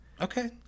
Okay